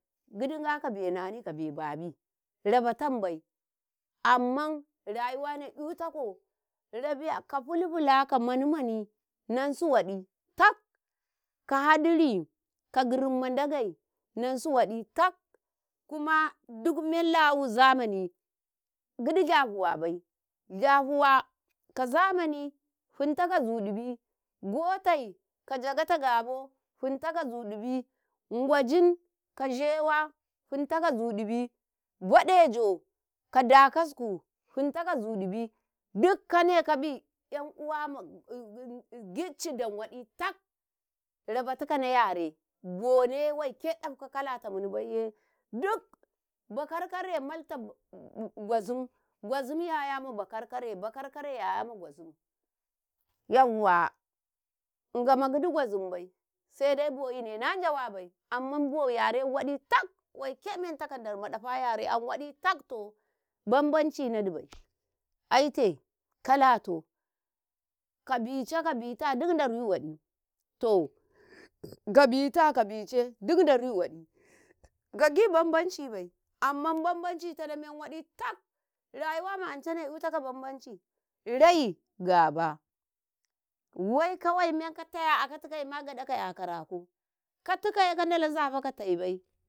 Gigdi Ng aka bai Nhani ka beh babii raba tambai amman rayuwa ne “yutako rabiya ka filfila ka mani-mani Nnansu waɗi tak ka hadaka girimma Ndaga Nnansu waɗi tak, kuma duk men lawu zamani gigdi dahuwabai, dahuwa ka zamani finta kazu ɗibi, gotai ka njagata gabo finta kazu dili, Ngwajin ka Njeiwah finta kazu ɗibi, boɗejo ka dakasku finta kazu ɗibi duk kane kaƃi “yan uwa Ngid aidan waɗi tak rabatukau na yare bone waike ɗafkau kalatumini baiye, duk bakar-kare malta Ngwazim, Ngwanzim yaya ma bakar-kare, bakar-kare yayata Ngwazim yauwa, Ngama gigdi gwazin bai saidai boiyine najawabai amman bou yare waɗi takh waike mentakau darma ɗafa yare am waɗi taktoh bam-bamci nadibai aite, kalatoh, kabica-kabita duk daruyi waɗi toh kabita-kabice duk daruyii waɗi kagi bam-bamcibai amma bam-bamcitana men waɗi tak rayuwa ma'ancane “yutakau bam-bamci rai gaba wai kawai men ka taya a akataima gaɗaka “yakaraku katukaye ka Ndalau zatakau taibai.